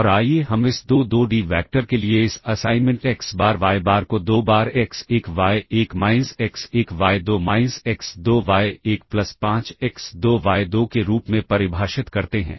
और आइए हम इस 2 2डी वैक्टर के लिए इस assignment x bar y bar को दो बार x 1 y 1 minus x 1 y 2 minus x 2 y 1 plus 5 x 2 y 2 के रूप में परिभाषित करते हैं